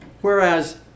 whereas